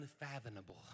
unfathomable